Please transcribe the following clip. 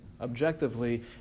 Objectively